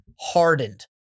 hardened